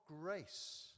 grace